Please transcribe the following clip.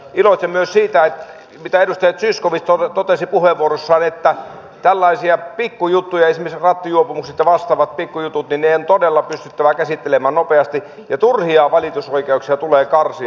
iloitsen myös siitä mitä edustaja zyskowicz totesi puheenvuorossaan että tällaisia pikkujuttuja esimerkiksi rattijuopumukset ja vastaavat pikkujutut on todella pystyttävä käsittelemään nopeasti ja turhia valitusoikeuksia tulee karsia